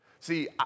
See